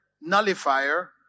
nullifier